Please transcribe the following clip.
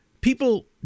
People